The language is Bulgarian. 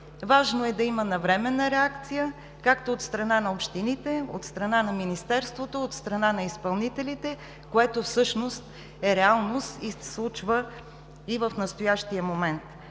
Важно е да има навременна реакция от страна на общините, от страна на министерството, от страна на изпълнителите, което всъщност е реалност и се случва и в настоящия момент.